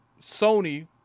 Sony